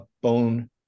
bone